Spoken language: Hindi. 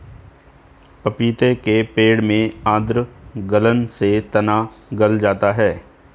पपीते के पेड़ में आद्र गलन से तना गल जाता है